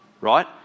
right